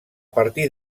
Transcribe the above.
partir